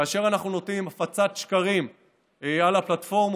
כאשר אנחנו נותנים הפצת שקרים על הפלטפורמות,